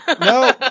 No